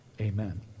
amen